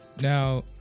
now